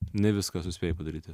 ne viską suspėju padaryti